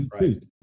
right